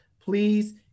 please